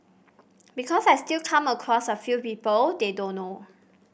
because I still come across a few people they don't know